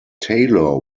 taylor